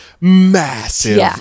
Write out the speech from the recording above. massive